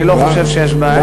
אני לא חושב שיש בעיה עם זה.